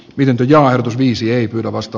vienti ja viisi ei kovasta